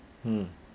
mm